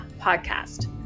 podcast